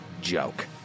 joke